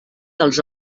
dels